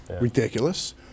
Ridiculous